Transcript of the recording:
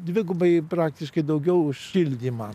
dvigubai praktiškai daugiau už šildymą